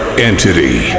Entity